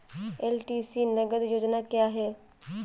LTC नगद योजना क्या है?